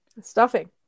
Stuffing